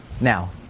Now